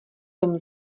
tom